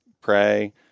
pray